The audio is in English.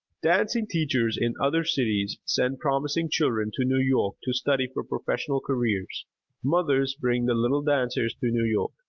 dancing teachers in other cities send promising children to new york to study for professional careers mothers bring the little dancers to new york,